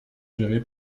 géré